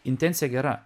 intencija gera